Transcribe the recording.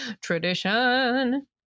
Tradition